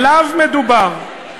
עליו מדובר.